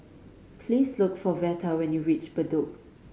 please look for Veta when you reach Bedok